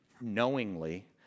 knowingly